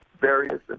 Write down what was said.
various